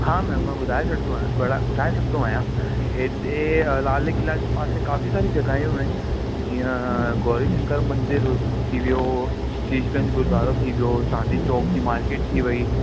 हा मैम मां ॿुधाए छॾंदो आहियां ॿ ॿुधाए छॾंदो आहियां हेॾे लाल क़िले जे पासे काफ़ी सारी जॻहियूं आहिनि जीअं गौरी शंकर मंदर थी वियो शीशगंज गुरुद्वारो थी वियो चांदनी चौक जी मार्केट वेई